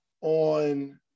on